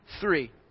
three